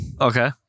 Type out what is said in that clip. Okay